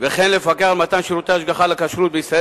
וכן לפקח על מתן שירותי השגחה לכשרות בישראל